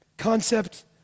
Concept